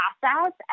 process